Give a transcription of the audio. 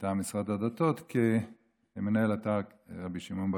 במשרד הדתות כמנהל אתר רבי שמעון בר